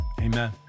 Amen